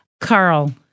Carl